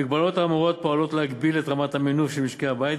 המגבלות האמורות פועלות להגבלת רמת המינוף של משקי-הבית,